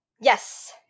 Yes